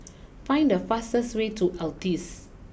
find the fastest way to Altez